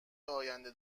آینده